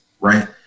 right